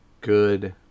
good